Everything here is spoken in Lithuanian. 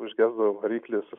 užgesdavo variklis